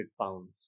pounds